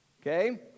Okay